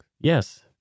Yes